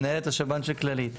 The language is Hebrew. מנהלת השב"ן של כללית,